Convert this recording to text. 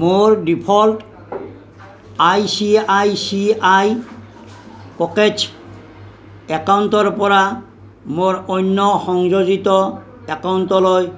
মোৰ default I C I C I pockets একাউণ্টৰ পৰা মোৰ অন্য সংযোজিত একাউণ্টলৈ